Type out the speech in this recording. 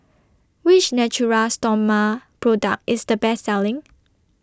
Which Natura Stoma Product IS The Best Selling